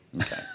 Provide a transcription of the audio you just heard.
Okay